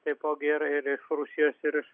taipogi ir ir rusijos ir iš